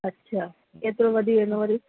अच्छा केतिरो वधी वेंदो वरी